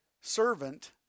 servant